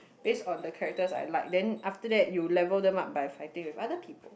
based on the characters I like then after that you level them up by fighting with other people